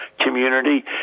community